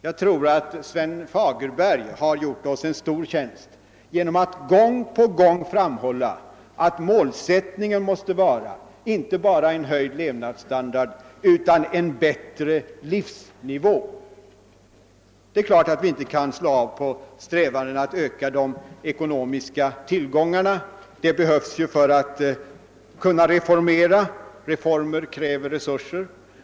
Jag tror att Sven Fagerberg har gjort oss en stor tjänst genom att gång på gång framhålla att målsättningen måste vara inte bara en höjd levnadsstandard utan en bättre livsnivå. Det är klart att vi inte kan slå av på takten i strävandena att öka de ekonomiska tillgångarna — de behövs för att vi skall kunna reformera; reformer kräver resurser.